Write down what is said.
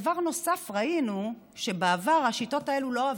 דבר נוסף, ראינו שבעבר השיטות האלו לא עבדו.